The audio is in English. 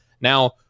now